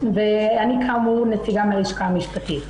ואני כאמור נציגה בלשכה המשפטית.